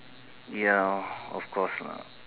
ya of course lah